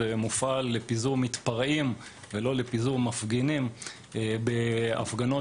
כאשר מפעילים את הבואש בסביבת ההפגנה